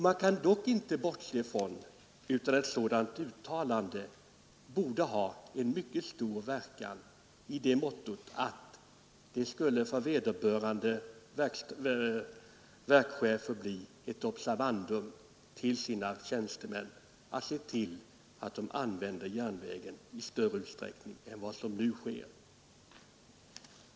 Man kan dock inte bortse från att ett sådant uttalande skulle ha en mycket stor verkan i så måtto att det för vederbörande verkschefer skulle bli ett observandum att se till att deras tjänstemän använder järnvägen i större utsträckning än vad som nu sker.